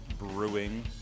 Brewing